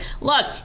look